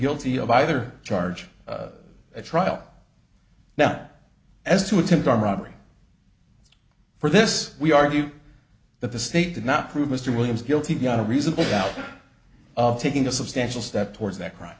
guilty of either charge at trial now as to attempt arm robbery for this we argue that the state did not prove mr williams guilty beyond a reasonable doubt of taking a substantial step towards that crime